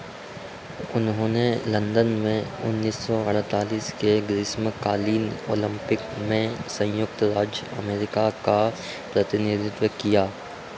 उन्होंने लंदन में उन्नीस सौ अड़तालीस के ग्रीष्मकालीन ओलंपिक में संयुक्त राज्य अमेरिका का प्रतिनिधित्व किया